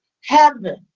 heaven